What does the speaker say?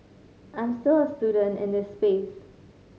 I'm still a student in this space